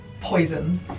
poison